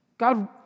God